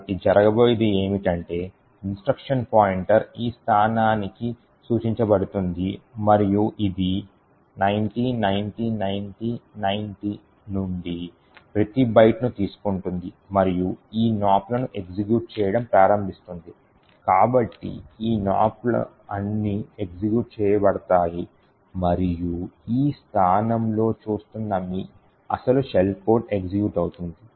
కాబట్టి జరగబోయేది ఏమిటంటే ఇన్స్ట్రక్షన్ పాయింటర్ ఈ స్థానానికి సూచించబడుతుంది మరియు ఇది 90909090 నుండి ప్రతి బైట్ను తీసుకుంటుంది మరియు ఈ నాప్లను ఎగ్జిక్యూట్ చేయడం ప్రారంభిస్తుంది కాబట్టి ఈ నాప్లు అన్నీ ఎగ్జిక్యూట్ చేయబడతాయి మరియు ఈ స్థానంలో చూస్తున్నా మీ అసలు షెల్ కోడ్ ఎగ్జిక్యూట్ అవుతుంది